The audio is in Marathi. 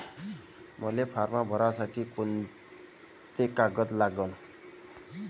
मले फारम भरासाठी कोंते कागद लागन?